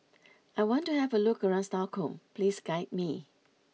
I want to have a look around Stockholm please guide me